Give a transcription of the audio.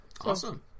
Awesome